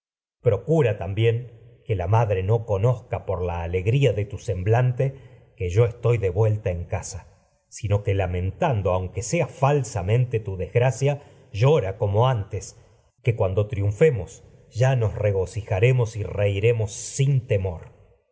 procura también que la madre no conoz ca por la alegría de tu semblante que yo estoy de vuelta sino que lamentando aunque sea en casa falsamente tu desgracia nos llora como antes que cuando triunfemos y ya regocijaremos reiremos sin temor